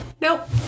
Nope